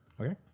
Okay